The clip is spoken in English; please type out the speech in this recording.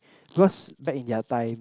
because back in their time